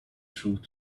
through